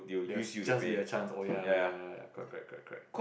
there will just be a chance oh ya lah ya correct correct correct